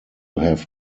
have